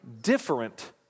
Different